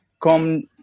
come